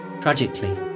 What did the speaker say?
Tragically